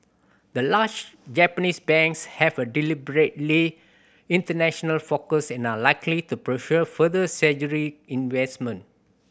the large Japanese banks have a deliberately international focus and are likely to pursue further investment